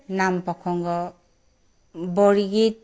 নাম প্ৰসংগ বৰগীত